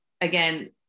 again